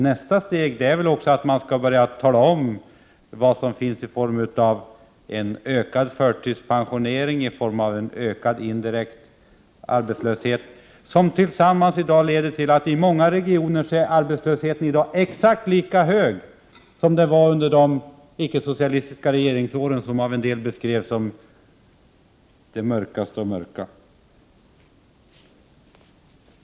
Nästa steg är väl att man börjar tala om, vad som förekommer i form av ökad förtidspensionering och ökad indirekt arbetslöshet, förhållanden som i dag leder till att arbetslösheten i många regioner är exakt lika hög som den var under de icke-socialistiska åren, som av en del beskrivs som det mörkaste av det mörka.